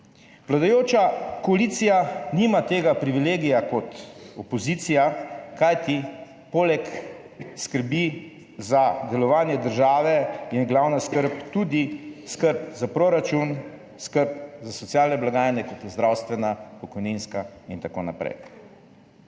Vladajoča koalicija nima tega privilegija kot opozicija, kajti poleg skrbi za delovanje države je glavna skrb tudi skrb za proračun, skrb za socialne blagajne, kot so zdravstvena, pokojninska in tako naprej.